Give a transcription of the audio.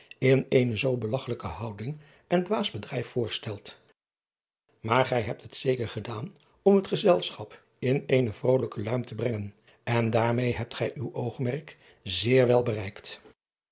in eene zoo belagchelijke houding en dwaas bedrijf voorstelt aar gij hebt het zeker gedaan om het gezelschap in eene vrolijke luim te brengen en daarmeê hebt gij uw oogmerk zeer wel bereikt